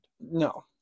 No